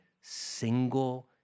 single